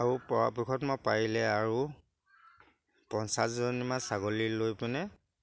আৰু পৰাপক্ষত মই পাৰিলে আৰু পঞ্চাছজনীমান ছাগলী লৈ পিনে